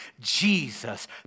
Jesus